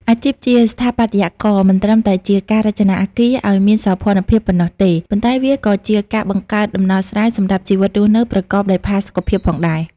អាជីពជាស្ថាបត្យករ មិនត្រឹមតែជាការរចនាអគារឱ្យមានសោភ័ណភាពប៉ុណ្ណោះទេ ប៉ុន្តែវាក៏ជាការបង្កើតដំណោះស្រាយសម្រាប់ជីវិតរស់នៅប្រកបដោយផាសុកភាពផងដែរ។